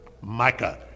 Micah